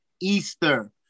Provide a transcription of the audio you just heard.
Easter